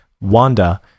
Wanda